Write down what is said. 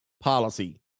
policy